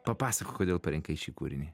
papasakok kodėl parinkai šį kūrinį